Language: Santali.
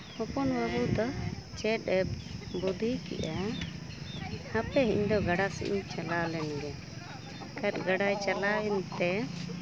ᱦᱚᱯᱚᱱ ᱵᱟᱹᱵᱩ ᱫᱚ ᱪᱮᱫᱼᱮ ᱵᱩᱫᱽᱫᱷᱤ ᱠᱮᱜᱼᱟ ᱦᱟᱯᱮ ᱤᱧ ᱫᱚ ᱜᱟᱰᱟ ᱥᱮᱡ ᱤᱧ ᱪᱟᱞᱟᱣ ᱞᱮᱱᱜᱮ ᱜᱟᱰᱟᱭ ᱪᱟᱞᱟᱣᱮᱱ ᱛᱮ